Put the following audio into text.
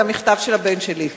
זה המכתב של הבן שלי.